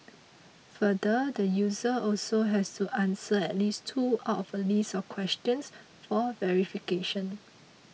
further the user also has to answer at least two out of a list of questions for verification